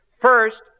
First